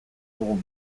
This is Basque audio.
dugu